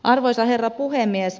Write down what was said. arvoisa herra puhemies